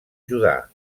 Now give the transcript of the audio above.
judà